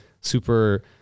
Super